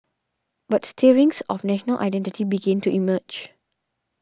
but stirrings of national identity began to emerge